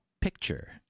Picture